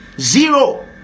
zero